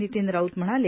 वितीन राऊत म्हणाले